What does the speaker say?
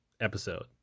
episode